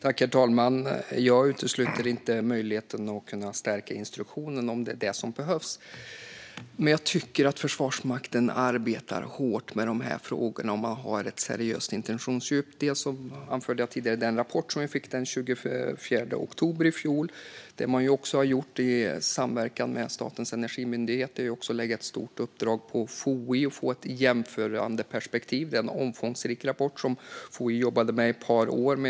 Herr talman! Jag utesluter inte möjligheten att kunna stärka instruktionen om det är vad som behövs. Men jag tycker att Försvarsmakten arbetar hårt med de här frågorna och har ett seriöst intentionsdjup. Jag anförde tidigare den rapport som vi fick den 24 oktober i fjol. Det man har gjort i samverkan med Statens energimyndighet är att lägga ett stort uppdrag på FOI för att få ett jämförandeperspektiv. Det är en omfångsrik rapport som FOI jobbade med ett par år.